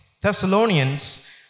Thessalonians